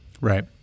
Right